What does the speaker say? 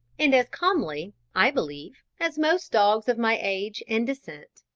and as comely, i believe, as most dogs of my age and descent.